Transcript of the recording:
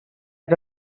que